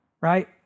right